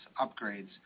upgrades